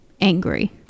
angry